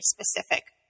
specific